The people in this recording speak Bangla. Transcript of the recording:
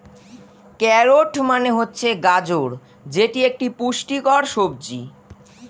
ক্যারোট মানে হচ্ছে গাজর যেটি একটি পুষ্টিকর সবজি